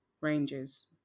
ranges